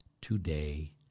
today